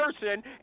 person